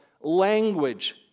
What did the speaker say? language